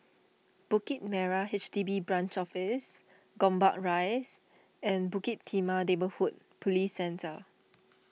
Bukit Merah H D B Branch Office Gombak Rise and Bukit Timah Neighbourhood Police Centre